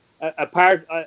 apart